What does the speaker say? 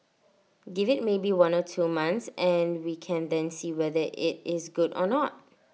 give IT maybe one or two months and we can then see whether IT is good or not